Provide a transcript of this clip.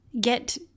get